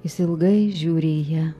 jis ilgai žiūri į ją